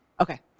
Okay